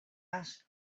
asked